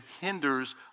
hinders